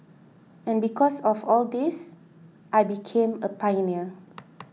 and because of all this I became a pioneer